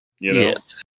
Yes